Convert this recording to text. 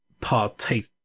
partake